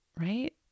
right